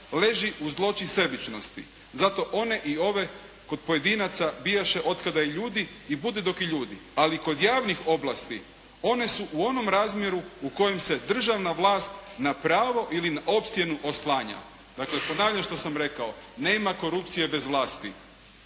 leži u zloći sebičnosti. Zato one i ove kod pojedinaca bijaše od kada i ljudi i bude dok je ljudi. Ali kod javnih oblasti one su u onom razmjeru u kojem se državna vlast na pravo ili na opsjenu oslanja. Dakle ponavljam što sam rekao, nema korupcije bez vlasti.